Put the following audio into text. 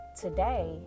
today